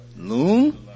Loon